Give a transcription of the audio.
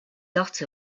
dot